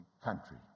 country